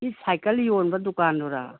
ꯁꯤ ꯁꯥꯏꯀꯜ ꯌꯣꯟꯕ ꯗꯨꯀꯥꯟꯗꯨꯔꯥ